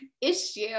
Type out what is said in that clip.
issue